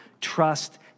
trust